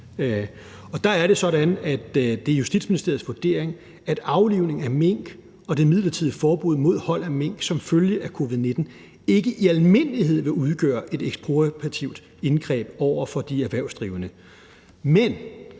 det er Justitsministeriets vurdering, at aflivning af mink og det midlertidige forbud mod hold af mink som følge af covid-19 ikke i almindelighed vil udgøre et ekspropriativt indgreb over for de erhvervsdrivende. Men